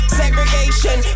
segregation